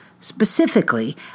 specifically